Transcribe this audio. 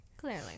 Clearly